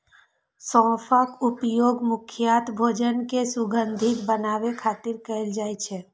सौंफक उपयोग मुख्यतः भोजन कें सुगंधित बनाबै खातिर कैल जाइ छै